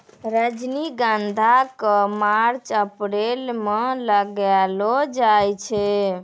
रजनीगंधा क March April म लगैलो जाय छै